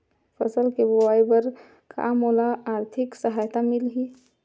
फसल के बोआई बर का मोला आर्थिक सहायता मिलही?